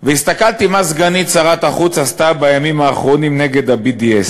והסתכלתי מה סגנית שר החוץ עשתה בימים האחרונים נגד ה-BDS,